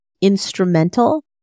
instrumental